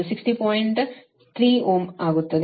3Ω ಆಗುತ್ತದೆ